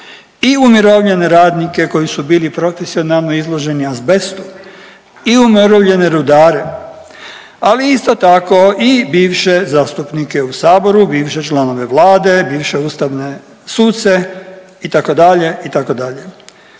i umirovljene radnike koji su bili profesionalno izloženi azbestu i umirovljene rudare, ali isto tako i bivše zastupnike u Saboru, bivše članove Vlade, bivše ustavne suce itd. itd.